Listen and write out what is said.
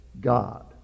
God